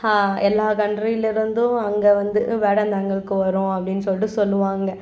ஹா எல்லா கண்ட்ரியில் இருந்தும் அங்கே வந்து வேடந்தாங்கலுக்கு வரும் அப்படின்னு சொல்லிட்டு சொல்லுவாங்க